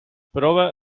prova